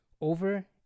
over